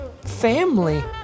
family